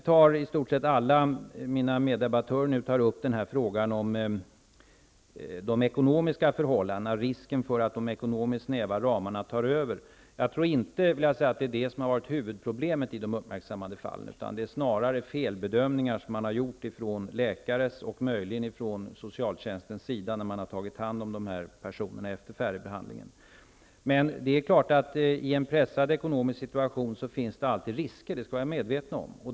I stort sett alla mina meddebattörer tar upp frågan om risken att de ekonomiskt snäva ramarna tar över. Jag tror inte att det är det som har varit huvudproblemet i de uppmärksammade fallen. Det har snarare varit fråga om felbedömningar från läkares och möjligen socialtjänstens sida efter det att personerna har färdigbehandlats. Det är klart att det i en pressad ekonomisk situation alltid finns risker. Det skall vi vara medvetna om.